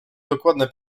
dokładnie